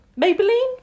Maybelline